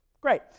Great